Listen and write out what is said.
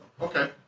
Okay